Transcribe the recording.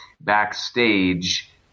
backstage